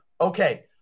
Okay